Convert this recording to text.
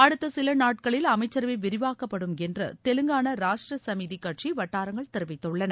அடுத்த சில நாட்களில் அமைச்சரவை விரிவாக்கப்படும் என்று தெலங்கானா ராஷ்ட்ர சமிதி கட்சி வட்டாரங்கள் தெரிவித்துள்ளன